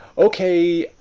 okay,